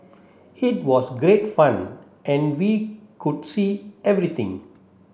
it was great fun and we could see everything